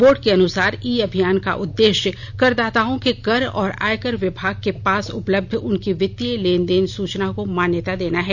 board के अनुसार e अभियान का उद्देश्य करदाताओं के कर और आयकर विभाग के पास उपलब्ध उनकी वित्तीय लेन देन सूचना को मान्यता देना है